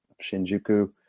Shinjuku